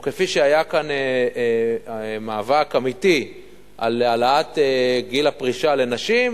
או כפי שהיה כאן מאבק אמיתי על העלאת גיל הפרישה לנשים,